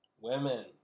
Women